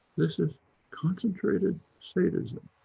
this is concentrated statism.